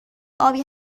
آبی